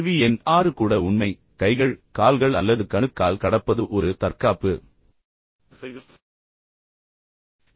கேள்வி எண் ஆறு கூட உண்மை கைகள் கால்கள் அல்லது கணுக்கால் கடப்பது ஒரு தற்காப்பு சைகை